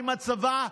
עם הצבא,